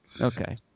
Okay